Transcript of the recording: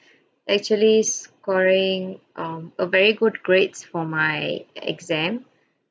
actually scoring um a very good grades for my exam